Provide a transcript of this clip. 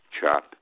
Chop